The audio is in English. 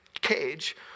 cage